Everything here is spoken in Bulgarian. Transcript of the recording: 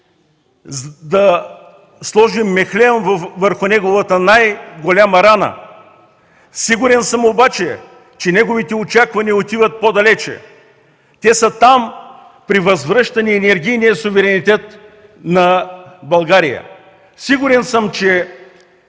да сложим мехлем върху неговата най-голяма рана. Сигурен съм обаче, че неговите очаквания отиват и по-далече – те са там – към възвръщане на енергийния суверенитет на България. Сигурен съм, че